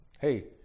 hey